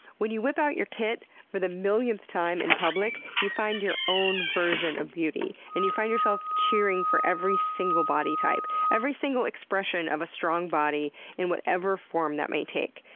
when you whip out your tit for the millionth time in public you find your own version of beauty, and you find yourself cheering for every single body type, every single expression of a strong body in whatever form that may take.